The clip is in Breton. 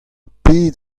pet